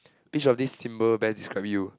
which of this simple bands describe you